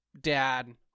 dad